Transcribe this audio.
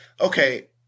okay